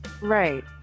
Right